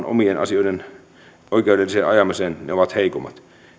omien asioiden oikeudelliseen ajamiseen ovat heikommat